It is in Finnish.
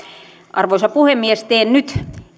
arvoisa puhemies teen nyt